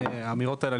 האמירות האלו,